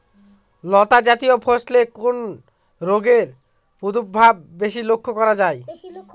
লতাজাতীয় ফসলে কোন রোগের প্রাদুর্ভাব বেশি লক্ষ্য করা যায়?